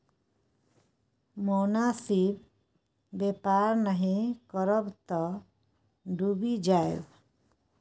मोनासिब बेपार नहि करब तँ डुबि जाएब